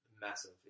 massive